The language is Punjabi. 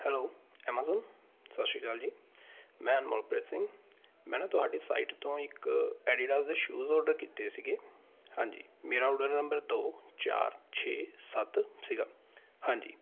ਹੈਲੋ ਐਮਾਜ਼ੋਨ ਸਤਿ ਸ਼੍ਰੀ ਅਕਾਲ ਜੀ ਮੈਂ ਅਨਮੋਲਪ੍ਰੀਤ ਸਿੰਘ ਮੈਂ ਨਾ ਤੁਹਾਡੀ ਸਾਈਟ ਤੋਂ ਇੱਕ ਐਡੀਡਾਸ ਦੇ ਸ਼ੂਜ਼ ਔਡਰ ਕੀਤੇ ਸੀਗੇ ਹਾਂਜੀ ਮੇਰਾ ਔਡਰ ਨੰਬਰ ਦੋ ਚਾਰ ਛੇ ਸੱਤ ਸੀਗਾ ਹਾਂਜੀ